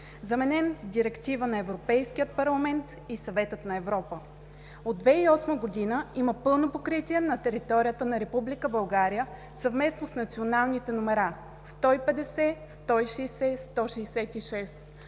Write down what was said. Заменен с Директива на Европейския парламент и Съвета на Европа. От 2008 г. има пълно покритие на територията на Република България съвместно с националните номера – 150, 160, 166,